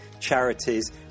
charities